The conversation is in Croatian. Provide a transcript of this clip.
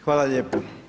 Hvala lijepo.